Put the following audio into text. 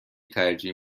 ترجیح